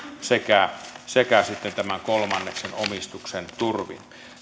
sekä sekä sitten tämän kolmanneksen omistuksen turvin